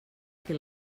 que